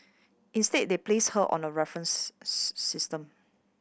instead they placed her on a reference system